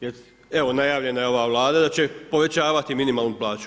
Jer evo, najavljena je ova Vlada da će povećavati minimalnu plaću.